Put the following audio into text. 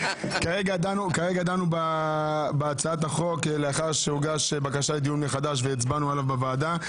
דנו בהצעת החוק לאחר שהוגשה בקשה לדיון מחדש והצבענו עליה בוועדה.